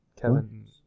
Kevin